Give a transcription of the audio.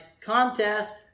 contest